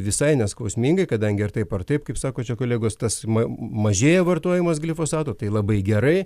visai neskausmingai kadangi ar taip ar taip kaip sako čia kolegos tas ma mažėja vartojimas glifosato tai labai gerai